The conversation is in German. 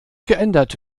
geändert